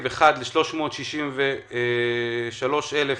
1 ל-363,000